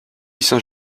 saint